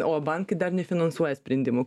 o bankai dar nefinansuoja sprendimų